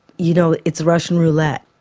you know it's russian roulette.